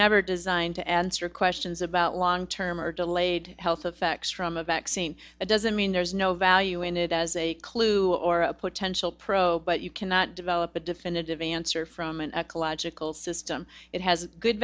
never designed to answer questions about long term or delayed health effects from a vaccine it doesn't mean there's no value in it as a clue or a potential pro but you cannot develop a definitive answer from an ecological system that has good